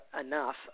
enough